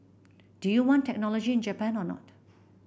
do you want technology in Japan or not